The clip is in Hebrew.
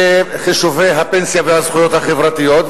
בחישובי הפנסיה והזכויות החברתיות,